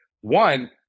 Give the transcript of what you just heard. one